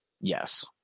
Yes